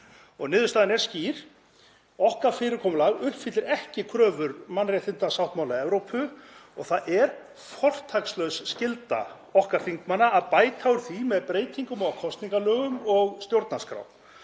Niðurstaðan er skýr: Okkar fyrirkomulag uppfyllir ekki kröfur mannréttindasáttmála Evrópu og það er fortakslaus skylda okkar þingmanna að bæta úr því með breytingum á kosningalögum og stjórnarskrá.